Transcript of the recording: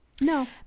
No